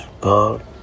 God